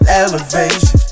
elevation